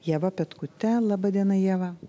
ieva petkute laba diena ieva